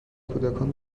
کودکان